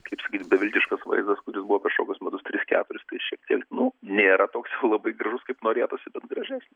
kaip sakyt beviltiškas vaizdas kuris buvo prieš kokius metus tris keturis tai šiek tiek nu nėra toks jau labai gražus kaip norėtųsi bet gražesnis